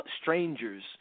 strangers